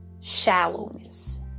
shallowness